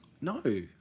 No